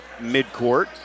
midcourt